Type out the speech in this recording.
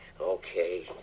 Okay